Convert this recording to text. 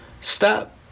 Stop